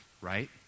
right